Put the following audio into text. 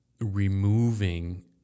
removing